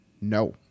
no